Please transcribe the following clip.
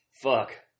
Fuck